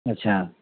अच्छा